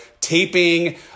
taping